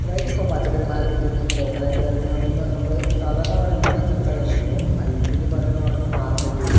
അതായത് ഇപ്പോൾ പച്ചക്കറി മാർക്കറ്റിൽ നിന്ന് ലോക്കൽ ആയിട്ട് പറയുകയാണ് പറയുമ്പോൾ നമ്മൾ സാധാരണ പറയുമ്പോഴാണ് ഈ ചന്ത കാര്യങ്ങളൊക്കെ ഹൈദിൽ പറയുകയാണ് പറയുമ്പോൾ ഇപ്പോൾ മാർക്കറ്റ്